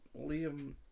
Liam